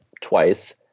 twice